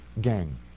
Gang